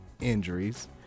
injuries